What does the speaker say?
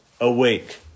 awake